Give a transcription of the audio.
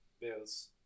Bills